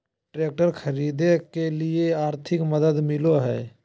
Tractor खरीदे के लिए आर्थिक मदद मिलो है?